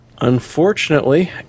unfortunately